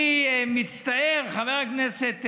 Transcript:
אני מצטער, חבר הכנסת דרעי.